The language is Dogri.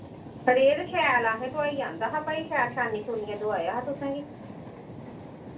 ते एह् ते शैल ऐ ते असें ढोआइयै ते आह्नेआ हा भई शैल आह्नियै दोआया हा तुसेंगी